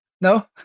No